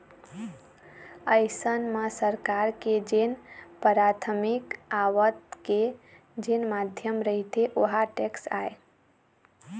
अइसन म सरकार के जेन पराथमिक आवक के जेन माध्यम रहिथे ओहा टेक्स आय